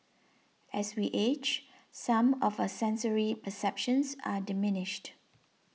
as we age some of our sensory perceptions are diminished